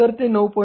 तर ते 9